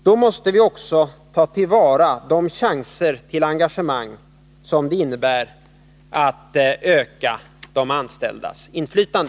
Då måste vi också ta till vara de chanser till engagemang som det innebär att öka de anställdas inflytande.